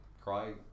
cry